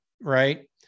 right